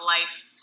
life